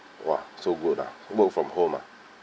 !wah! so good ah work from home ah